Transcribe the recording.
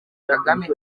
kagame